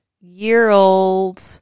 year-old